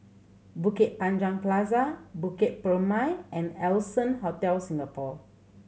Bukit Anjang Plaza Bukit Purmei and Allson Hotel Singapore